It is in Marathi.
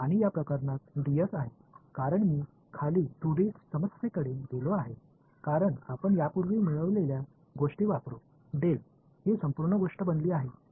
आणि या प्रकरणात डीएस आहे कारण मी खाली 2 डी समस्येकडे गेलो आहे कारण आपण यापूर्वी मिळवलेल्या गोष्टी वापरुन ही संपूर्ण गोष्ट बनली आहे